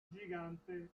gigante